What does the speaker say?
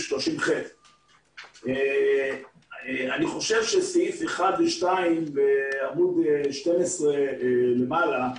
30ח. אני חושב שסעיפים 1 ו-2 בעמ' 12 למעלה,